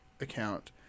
account